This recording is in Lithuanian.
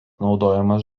naudojamas